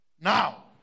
now